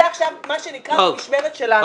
זה עכשיו, מה שנקרא, במשמרת שלנו.